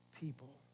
people